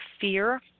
fear